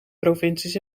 provincies